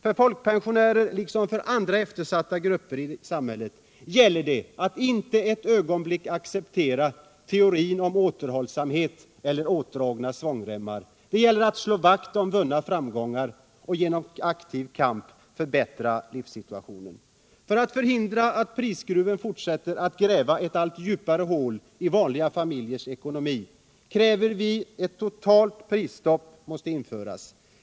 För folkpensionärer liksom för andra eftersatta grupper i samhället gäller det att inte ett ögonblick acceptera teorin om återhållsamhet eller åtdragna svångremmar. Det gäller att slå vakt om vunna framgångar och genom aktiv kamp förbättra livssituationen. För att förhindra att prisskruven fortsätter att gräva ett allt djupare hål i vanliga familjers ekonomi, kräver vi att ett totalt prisstopp skall införas.